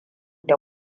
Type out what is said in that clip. da